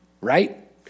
right